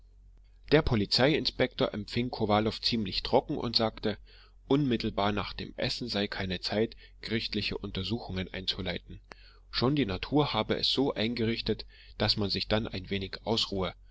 der polizei inspektor empfing kowalow ziemlich trocken und sagte unmittelbar nach dem essen sei keine zeit gerichtliche untersuchungen einzuleiten schon die natur habe es so eingerichtet daß man sich dann ein wenig ausruhe